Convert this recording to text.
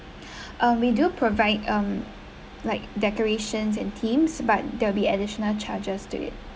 um we do provide um like decorations and teams but there will be additional charges to it